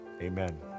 Amen